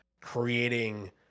creating